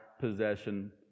possession